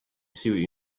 see